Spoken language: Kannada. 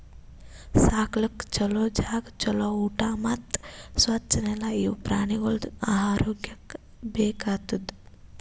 ಸಾಕ್ಲುಕ್ ಛಲೋ ಜಾಗ, ಛಲೋ ಊಟಾ ಮತ್ತ್ ಸ್ವಚ್ ನೆಲ ಇವು ಪ್ರಾಣಿಗೊಳ್ದು ಆರೋಗ್ಯಕ್ಕ ಬೇಕ್ ಆತುದ್